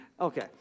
okay